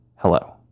Hello